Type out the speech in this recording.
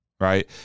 Right